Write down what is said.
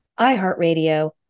iHeartRadio